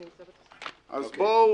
אז בואו,